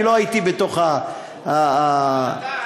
אני לא הייתי בתוך אבל אתה,